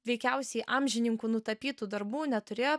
veikiausiai amžininkų nutapytų darbų neturėjo